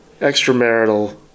extramarital